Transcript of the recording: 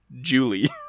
julie